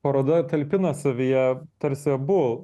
paroda talpina savyje tarsi abu